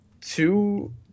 two